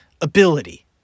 ability